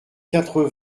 quatre